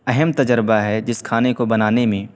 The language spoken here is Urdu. اہم تجربہ ہے جس کھانے کو بنانے میں